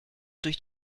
durch